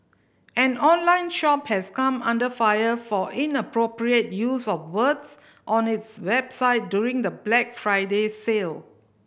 an online shop has come under fire for inappropriate use of words on its website during the Black Friday sale